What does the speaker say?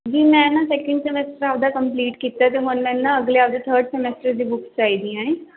ਜੀ ਮੈਂ ਨਾ ਸੈਕਿੰਡ ਸਮੈਸਟਰ ਆਪਣਾ ਕੰਪਲੀਟ ਕੀਤਾ ਅਤੇ ਹੁਣ ਮੈਂ ਨਾ ਅਗਲੇ ਆਪਣੇ ਥਰਡ ਸਮੈਸਟਰ ਦੀ ਬੁੱਕ ਚਾਹੀਦੀਆ ਹੈ